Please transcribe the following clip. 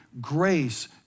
Grace